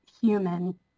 human